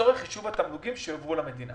לצורך חישוב התמלוגים שיועברו למדינה.